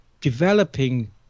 developing